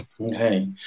Okay